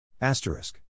asterisk